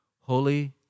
Holy